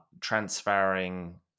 transferring